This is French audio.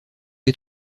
les